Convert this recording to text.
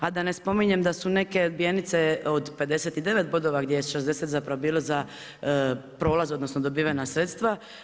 A da ne spominjem da su neke odbijenice od 59 bodova gdje je 60 zapravo bilo za prolaz, odnosno dobivena sredstva.